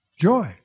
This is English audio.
Joy